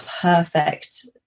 perfect